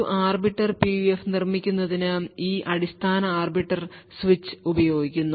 ഒരു arbiter PUF നിർമ്മിക്കുന്നതിന് ഈ അടിസ്ഥാന ആർബിറ്റർ സ്വിച്ച് ഉപയോഗിക്കുന്നു